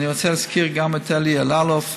ואני רוצה להזכיר גם את אלי אלאלוף,